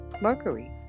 Mercury